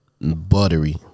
Buttery